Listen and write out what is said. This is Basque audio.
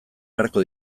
beharko